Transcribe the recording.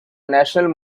national